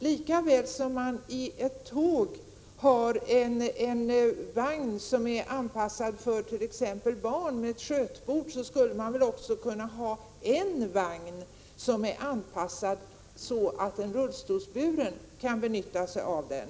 Lika väl som man i ett tåg har en vagn som t.ex. är anpassad för småbarn, så att där finns skötbord, skulle man väl kunna ha en vagn som är anpassad så att en rullstolsburen person kan benytta sig av den.